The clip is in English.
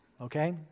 okay